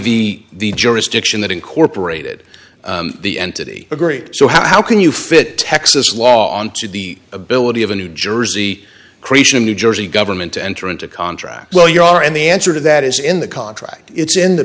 the jurisdiction that incorporated the entity agreed so how can you fit texas law onto the ability of a new jersey creation of new jersey government to enter into contract law you are and the answer to that is in the contract it's in the